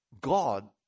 God